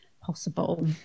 possible